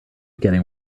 getting